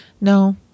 No